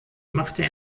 machte